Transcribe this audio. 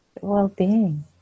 well-being